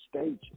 stages